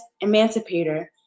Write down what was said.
emancipator